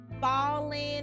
Falling